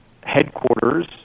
headquarters